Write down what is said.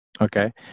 Okay